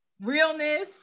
realness